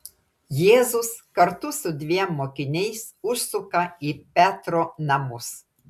jėzus kartu su dviem mokiniais užsuka į petro namus